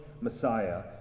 Messiah